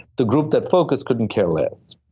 the group that focused couldn't care less.